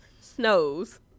snows